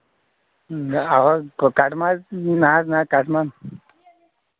مےٚ اَوٕ حظ کۄ کَٹہٕ ماز نہ حظ نہ کَٹہٕ مَن